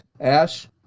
Ash